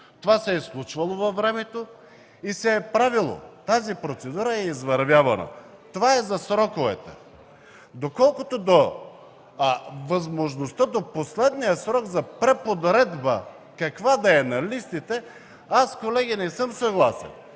Това се е случвало във времето и се е правило. Тази процедура е извървявана. Това е за сроковете. Колкото до това каква да е възможността до последния срок за преподредба на листите, аз, колеги, не съм съгласен.